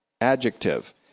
adjective